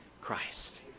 Christ